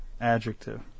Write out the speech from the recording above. Adjective